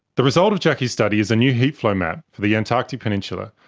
the result of jackie's study is a new heat flow map for the antarctic peninsula,